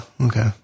Okay